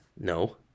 No